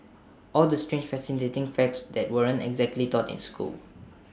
all the strange fascinating facts that weren't exactly taught in school